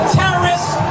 terrorists